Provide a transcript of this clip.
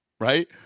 right